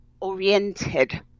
oriented